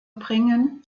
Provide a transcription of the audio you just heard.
bringen